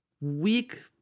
Weak